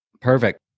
Perfect